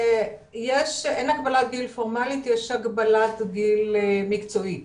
אין הגבלת גיל פורמלית, יש הגבלת גיל מקצועית.